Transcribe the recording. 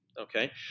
Okay